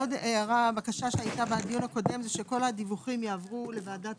עוד בקשה שהייתה בדיון הקודם שכל הדיווחים יעברו לוועדת